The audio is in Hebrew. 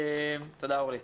תודה, אורלי.